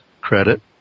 credit